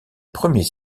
premier